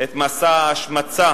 את מסע ההשמצה